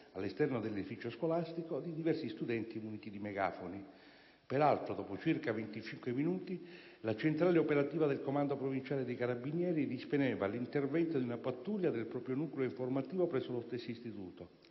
all'esterno dell'edificio scolastico, di diversi studenti muniti di megafoni. Peraltro, dopo circa 25 minuti, la centrale operativa del Comando provinciale dei carabinieri disponeva l'intervento di una pattuglia del proprio nucleo informativo presso lo stesso istituto,